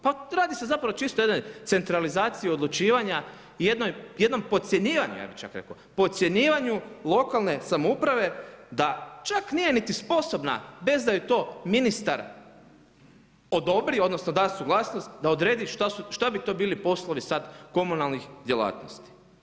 Pa radi se zapravo o čisto jednoj centralizaciji odlučivanja i jednom podcjenjivanju ja bih čak rekao podcjenjivanju lokalne samouprave da čak nije niti sposobna bez da joj to ministar odobri odnosno da suglasnost da odredi što bi to bili poslovi sada komunalnih djelatnosti.